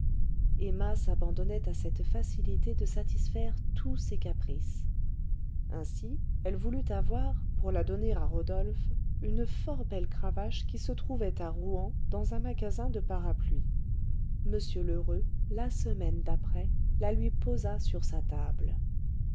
emma s'abandonnait à cette facilité de satisfaire tous ses caprices ainsi elle voulut avoir pour la donner à rodolphe une fort belle cravache qui se trouvait à rouen dans un magasin de parapluies m lheureux la semaine d'après la lui posa sur sa table